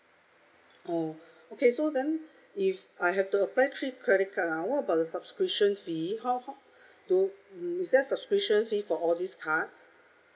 oh okay so then if I have to apply three credit card ha what about the subscription fee how how do is there a subscription fee for all these cards